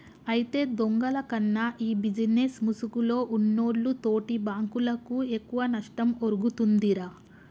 అయితే దొంగల కన్నా ఈ బిజినేస్ ముసుగులో ఉన్నోల్లు తోటి బాంకులకు ఎక్కువ నష్టం ఒరుగుతుందిరా